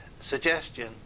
Suggestion